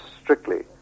strictly